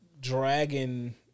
dragon